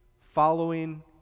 following